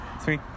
Three